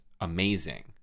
amazing